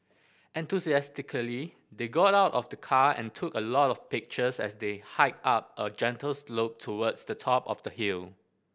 enthusiastically they got out of the car and took a lot of pictures as they hiked up a gentle slope towards the top of the hill